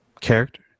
character